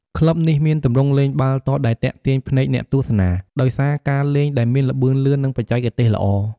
ក្លឹបនេះមានទម្រង់លេងបាល់ទាត់ដែលទាក់ទាញភ្នែកអ្នកទស្សនា ដោយសារការលេងដែលមានល្បឿនលឿន និងបច្ចេកទេសល្អ។